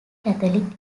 catholic